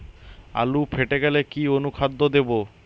আলু ফেটে গেলে কি অনুখাদ্য দেবো?